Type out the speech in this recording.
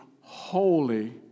holy